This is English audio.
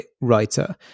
writer